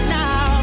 now